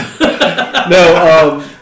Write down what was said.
No